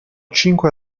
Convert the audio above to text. cinque